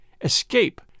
Escape